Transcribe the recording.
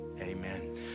Amen